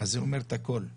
וזה אומר את הכל,